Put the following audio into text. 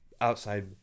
outside